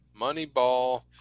Moneyball